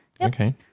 okay